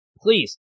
please